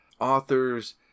authors